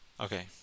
Okay